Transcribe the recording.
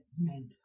meant